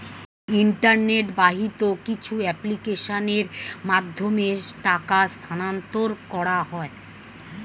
internet বাহিত কিছু অ্যাপ্লিকেশনের মাধ্যমে টাকা স্থানান্তর করা হয়